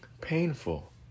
painful